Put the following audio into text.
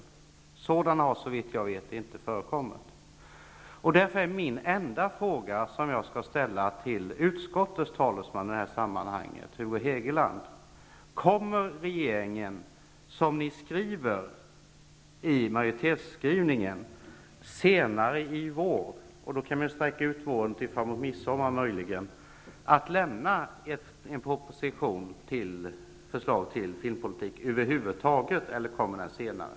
Några sådana har såvitt jag vet inte förekommit. Den enda fråga som jag tänker ställa till utskottets talesman, Hugo Hegeland, är därför: Kommer regeringen, som ni skriver i majoritetsskrivningen, att senare i vår -- man kan ju sträcka ut våren till midsommar -- lämna någon proposition med förslag till filmpolitik, eller kommer den senare?